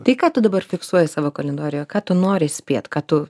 tai ką tu dabar fiksuoji savo kalendoriuje ką tu nori spėt kad tu